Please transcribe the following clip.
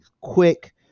quick